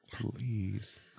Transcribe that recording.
Please